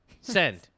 Send